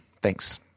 Thanks